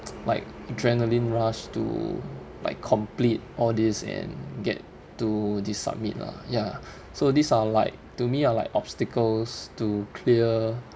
like adrenaline rush to like complete all this and get to the summit lah ya so these are like to me are like obstacles to clear